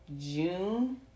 June